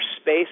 space